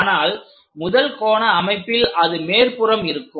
ஆனால் முதல் கோண அமைப்பில் அது மேற்புறம் இருக்கும்